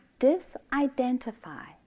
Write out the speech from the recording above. disidentify